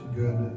good